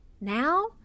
now